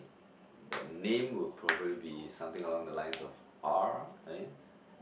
the name would probably be somewhere along the lines of R